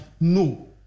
No